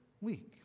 week